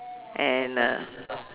and